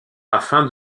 afin